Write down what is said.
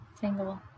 single